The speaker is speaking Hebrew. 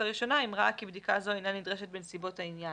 הראשונה אם ראה כי בדיקה זו אינה נדרשת בנסיבות העניין".